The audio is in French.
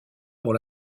pour